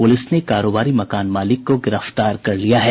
police ने कारोबारी मकान मालिक को गिरफ्तार कर लिया है